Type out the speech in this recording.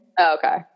okay